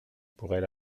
pourrait